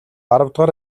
аравдугаар